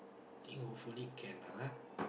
think hopefully can ah [huh]